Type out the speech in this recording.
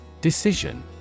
Decision